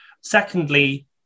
Secondly